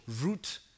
root